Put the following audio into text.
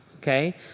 Okay